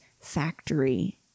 factory